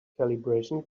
calibration